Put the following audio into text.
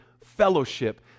fellowship